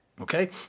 Okay